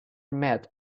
met